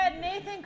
nathan